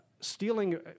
Stealing